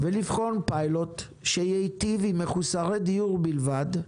לבחון פיילוט שייטיב עם מחוסרי דיור בלבד,